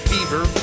Fever